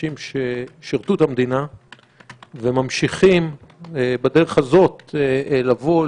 אנשים ששרתו את המדינה וממשיכים בדרך הזאת לבוא,